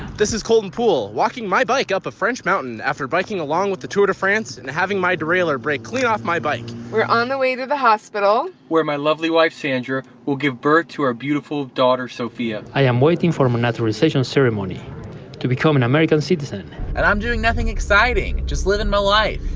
this is colton poole walking my bike up a french mountain after biking along with the tour de france and having my derailleur break clean off my bike we're on the way to the hospital where my lovely wife sandra will give birth to our beautiful daughter sophia i am waiting for my naturalization ceremony to become an american citizen citizen and i'm doing nothing exciting, just living my life.